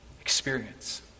experience